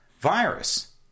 virus